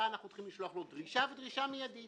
להלן דרישה מידית בדרישה מידית